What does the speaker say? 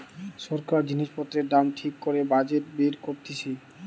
সরকার জিনিস পত্রের দাম ঠিক করে বাজেট বের করতিছে